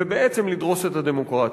ובעצם לדרוס את הדמוקרטיה.